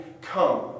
Come